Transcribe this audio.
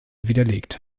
widerlegt